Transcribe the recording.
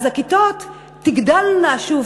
אז הכיתות תגדלנה שוב,